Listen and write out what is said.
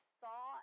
saw